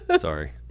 Sorry